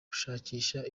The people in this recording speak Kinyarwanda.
gushakisha